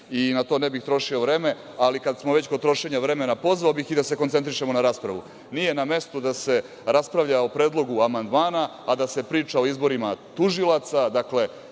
i na to ne bih trošio vreme. Kad smo već kod trošenja vremena, pozvao bih i da se koncentrišemo na raspravu. Nije na mestu da se raspravlja o predlogu amandmana, a da se priča o izborima tužilaca. Ovo